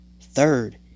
Third